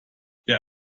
der